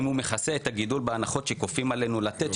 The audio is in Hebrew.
האם הוא מכסה את הגידול בהנחות שכופים עלינו לתת?